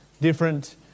different